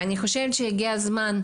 ואני חושבת שהגיע הזמן,